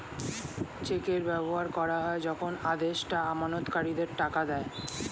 চেকের ব্যবহার করা হয় যখন আদেষ্টা আমানতকারীদের টাকা দেয়